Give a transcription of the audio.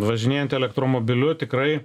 važinėjant elektromobiliu tikrai